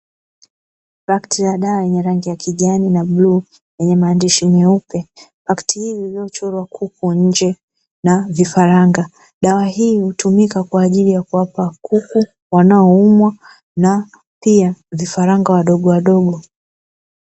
Pakiti la dawa yenye rangi ya kijani na buluu yenye maandishi meupe, pakiti ili lililochorwa kuku nje na vifaranga, dawa hii hutumika kwa ajili ya kuwapa kuku wanoumwa na pia vifaranga wadogowadogo.